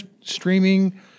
streaming